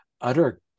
utter